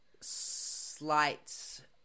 slight